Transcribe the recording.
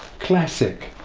classic.